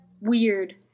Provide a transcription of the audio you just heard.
weird